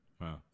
wow